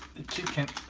the chicken